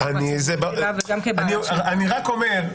אני רק אומר,